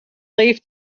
leafed